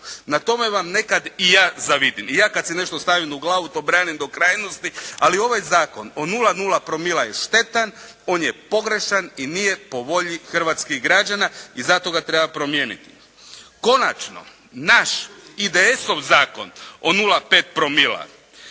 Na tome vam nekad i ja zavidim. I ja kad si nešto stavim u glavu to branim do krajnosti, ali ovaj zakon o 0,0 promila je štetan. On je pogrešan i nije po volji hrvatskih građana i zato ga treba promijeniti. Konačno naš IDS-ov zakon o 0,5 promila